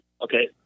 okay